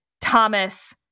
Thomas